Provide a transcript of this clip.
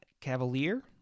cavalier